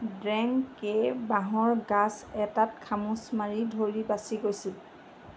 ডেং কেই বাঁহৰ গাজ এটাত খামোচ মাৰি ধৰি বাচি গৈছিল